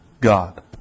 God